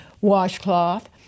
washcloth